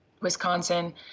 Wisconsin